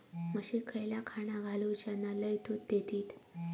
म्हशीक खयला खाणा घालू ज्याना लय दूध देतीत?